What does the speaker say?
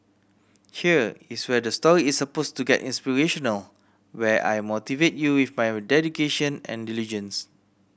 here is where the story is suppose to get inspirational where I motivate you with my dedication and diligence